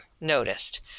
noticed